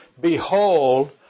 behold